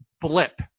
blip